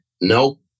nope